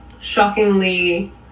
shockingly